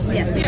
Yes